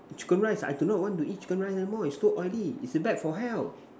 chicken rice I do not want to eat chicken rice anymore it's too oily it's bad for health